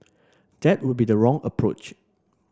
that would be the wrong approach